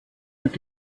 mit